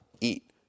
eat